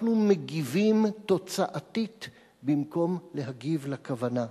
אנחנו מגיבים תוצאתית במקום להגיב לכוונה.